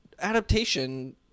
adaptation